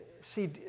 See